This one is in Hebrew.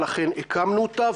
לכן הקמנו אותה,